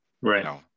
Right